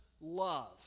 love